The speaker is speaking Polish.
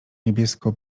niebiesko